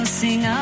sing